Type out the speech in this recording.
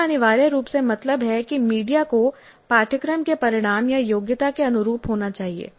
इसका अनिवार्य रूप से मतलब है कि मीडिया को पाठ्यक्रम के परिणाम या योग्यता के अनुरूप होना चाहिए